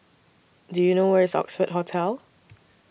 Do YOU know Where IS Oxford Hotel